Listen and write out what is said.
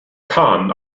kahn